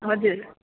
हजुर